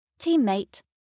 teammate